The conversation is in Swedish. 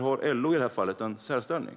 Har LO i det här fallet en särställning?